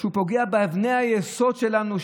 הוא פוגע באבני היסוד שלנו,